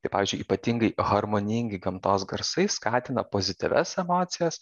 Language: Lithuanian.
tai pavyzdžiui ypatingai harmoningi gamtos garsai skatina pozityvias emocijas